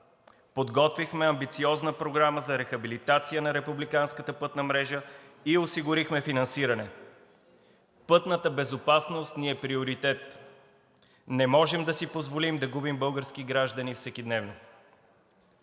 Подготвихме амбициозна програма за рехабилитация на републиканската пътна мрежа и осигурихме финансиране. Пътната безопасност ни е приоритет. Не можем да си позволим да губим български граждани всекидневно.